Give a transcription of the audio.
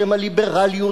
בשם הליברליות,